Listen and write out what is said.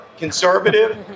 conservative